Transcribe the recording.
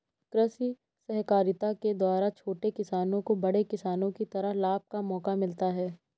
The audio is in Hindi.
कृषि सहकारिता के द्वारा छोटे किसानों को बड़े किसानों की तरह लाभ का मौका मिलता है